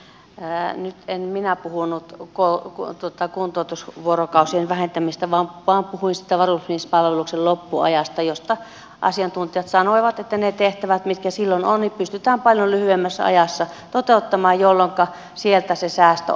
nyt en minä puhunut kuntoutusvuorokausien vähentämisestä vaan puhuin siitä varusmiespalveluksen loppuajasta josta asiantuntijat sanoivat että ne tehtävät joita silloin on pystytään paljon lyhyemmässä ajassa toteuttamaan jolloinka sieltä se säästö